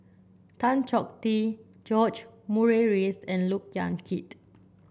Tan Chong Tee George Murray Reith and Look Yan Kit